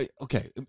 okay